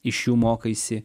iš jų mokaisi